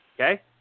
Okay